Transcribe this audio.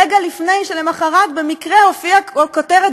רגע לפני שלמוחרת במקרה הופיעה כותרת